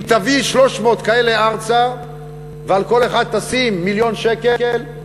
אם תביא 300 כאלה ארצה ועל כל אחד תשים מיליון שקל,